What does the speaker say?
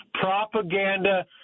propaganda